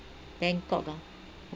bangkok ah